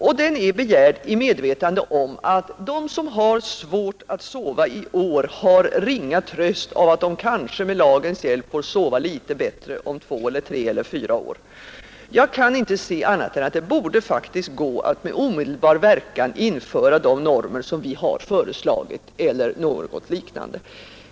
Motionen är väckt i medvetande om att de som har svårt att sova i år har ringa tröst av att de kanske med lagens hjälp får sova litet bättre om två eller tre eller fyra år. Jag kan inte se annat än att det faktiskt borde gå att med omedelbar verkan införa de normer som vi har föreslagit eller något liknande.